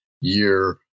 year